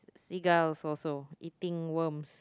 seagulls also eating worms